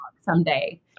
someday